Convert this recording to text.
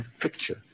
picture